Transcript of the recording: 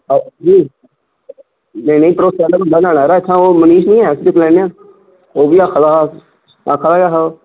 आ हुं नेईं नेईं भरोसे आह्ला बंदा गै लैना यरा इत्थै ओह् मनीश नीं ऐ उसी गलाई लैन्ने आं ओह् बी आक्खा दा हा आक्खा दा बी ऐ हा ओह्